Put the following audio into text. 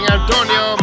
Antonio